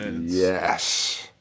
Yes